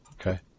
Okay